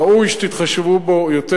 ראוי שתתחשבו בו יותר,